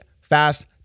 Fast